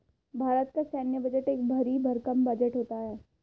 भारत का सैन्य बजट एक भरी भरकम बजट होता है